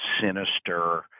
sinister